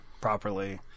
properly